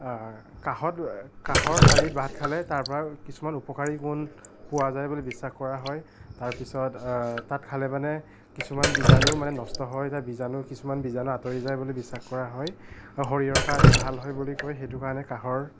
কাঁহত কাঁহৰ থালিত ভাত খালে তাৰ পৰা কিছুমান উপকাৰী গুণ পোৱা যায় বুলি বিশ্বাস কৰা হয় তাৰপিছত তাত খালে মানে কিছুমান বিজাণুও মানে নষ্ট হৈ যায় বিজাণু কিছুমান বিজাণু আঁতৰি যায় বুলি বিশ্বাস কৰা হয় বা শৰীৰৰ কাৰণে ভাল হৈ বুলি কয় সেইটো কাৰণে কাঁহৰ